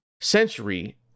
century